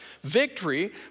victory